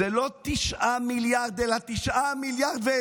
אלו לא 9 מיליארד, אלא 9.2 מיליארד.